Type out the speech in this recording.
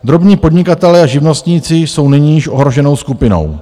Drobní podnikatelé a živnostníci jsou nyní již ohroženou skupinou.